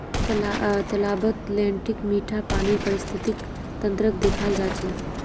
तालाबत लेन्टीक मीठा पानीर पारिस्थितिक तंत्रक देखाल जा छे